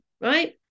right